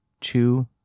two